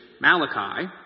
Malachi